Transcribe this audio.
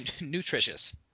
nutritious